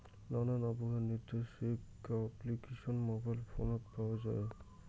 নানান আবহাওয়া নির্দেশক অ্যাপ্লিকেশন মোবাইল ফোনত পাওয়া যায়